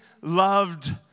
loved